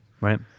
Right